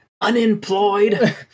Unemployed